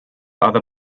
other